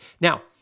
Now